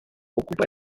ocupa